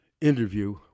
interview